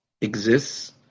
exists